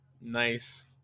Nice